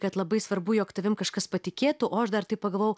kad labai svarbu jog tavim kažkas patikėtų o aš dar taip pagavau